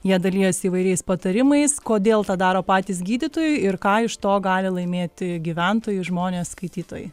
jie dalijasi įvairiais patarimais kodėl tą daro patys gydytojai ir ką iš to gali laimėti gyventojai žmonės skaitytojai